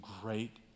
great